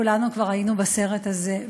כולנו היינו כבר בסרט הזה,